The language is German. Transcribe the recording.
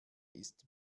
ist